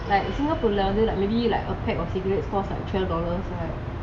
like singapore like maybe a pack of cigarettes cost like twelve dollars